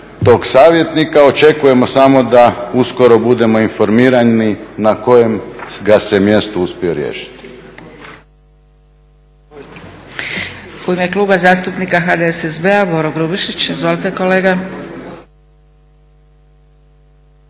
tog savjetnika, očekujemo samo da uskoro budemo informirani na kojem ga se mjestu uspije riješiti.